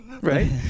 Right